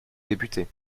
députés